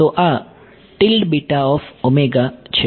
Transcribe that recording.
તો આ બરાબર છે